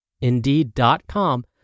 Indeed.com